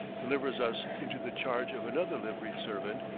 delivers us into the charge of another liveried servant,